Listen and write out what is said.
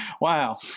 Wow